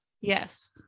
Yes